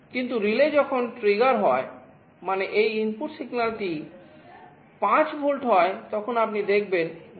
কিন্তু রিলে যখন ট্রিগার হয় মানে এই ইনপুট সিগন্যালটি 5 ভোল্ট হয় তখন আপনি দেখবেন বিপরীতটি ঘটে